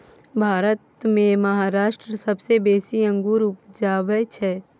भारत मे महाराष्ट्र सबसँ बेसी अंगुर उपजाबै छै